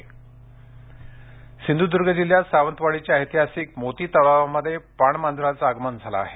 पाणमांजर सिंधुर्द्ग जिल्ह्यात सावंतवाडीच्या ऐतिहासिक मोती तलावामध्ये पाणमांजरांचे आगमन झाले आहे